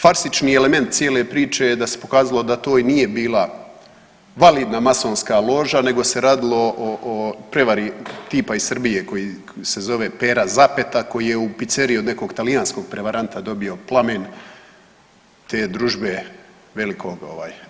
Farsični element cijele priče je da se pokazalo da to i nije bila validna masonska loža nego se radilo o prevari tipa iz Srbije koji se zove Pera Zapeta koji je u piceriji od nekog talijanskog prevaranta dobio plamen te družbe velikog